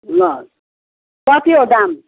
ल कति हो दाम